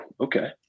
okay